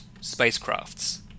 spacecrafts